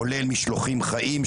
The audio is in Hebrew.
כולל משלוחים חיים,